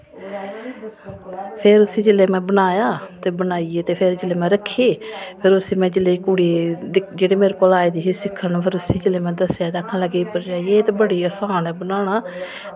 ते फिर जेल्लै में उसी बनाया ते बनाइयै रक्खी फिर जेल्लै में कुड़ियै गी जेह्ड़ी पास आई दी ते जेल्लै में उसी दस्सी ते ओह् आक्खन लग्गी भरजाई एह् ते बड़ी आसान ऐ बनाना